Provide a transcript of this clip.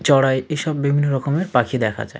চড়াই এসব বিভিন্ন রকমের পাখি দেখা যায়